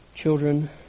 Children